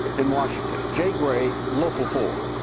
in washington, jay gray, local four.